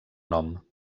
nom